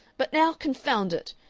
but now confound it!